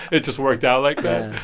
it just worked out like that.